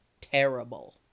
Terrible